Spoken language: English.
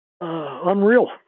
Unreal